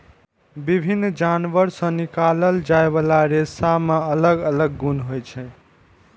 विभिन्न जानवर सं निकालल जाइ बला रेशा मे अलग अलग गुण होइ छै